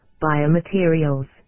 biomaterials